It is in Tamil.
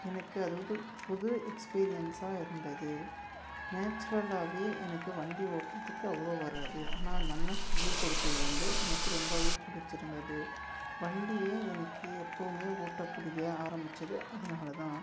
எனக்கு அது வந்து புது எக்ஸ்பீரியன்ஸாக இருந்தது நேச்சுரலாகவே எனக்கு வண்டி ஓட்டுறதுக்கு அவ்வளோ வராது ஆனால் அந்த அண்ணன் சொல்லிக் கொடுத்தது வந்து எனக்கு ரொம்ப பிடிச்சிருந்துது வண்டியை எனக்கு எப்போதுமே ஓட்டப் பிடிக்க ஆரம்பித்தது அதனால்தான்